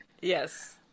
Yes